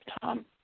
Tom